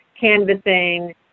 canvassing